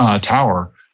tower